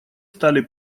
стали